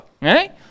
right